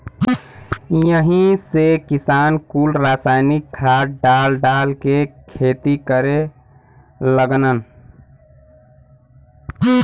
यही से किसान कुल रासायनिक खाद डाल डाल के खेती करे लगलन